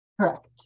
Correct